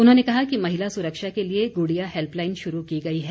उन्होंने कहा कि महिला सुरक्षा के लिए गुड़िया हेल्पलाइन शुरू की गई है